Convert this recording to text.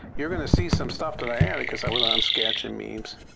you're going to see some stuff that i added because i was on sketch and memes.